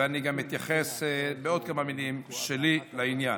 וגם אתייחס בעוד כמה מילים שלי לעניין.